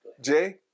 Jay